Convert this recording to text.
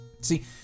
See